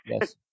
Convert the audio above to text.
yes